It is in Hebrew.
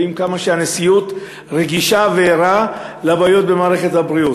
רואים כמה הנשיאות רגישה וערה לבעיות במערכת הבריאות.